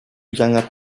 younger